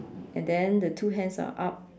and then the two hands are up